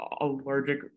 allergic